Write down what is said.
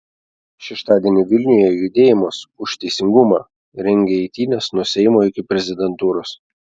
šeštadienį vilniuje judėjimas už teisingumą rengia eitynes nuo seimo iki prezidentūros